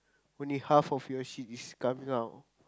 only half of your shit is coming out